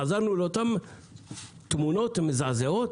חזרנו לאותן תמונות מזעזעות.